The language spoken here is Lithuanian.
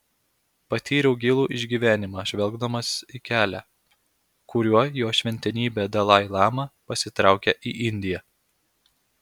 patyriau gilų išgyvenimą žvelgdamas į kelią kuriuo jo šventenybė dalai lama pasitraukė į indiją